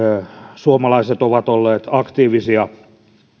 suomalaiset ovat olleet aktiivisia